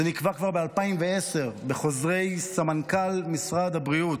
זה נקבע כבר ב-2010 בחוזרי סמנכ"ל משרד הבריאות.